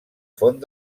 font